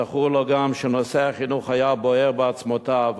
זכור לו גם שנושא החינוך היה בוער בעצמותיו,